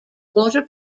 water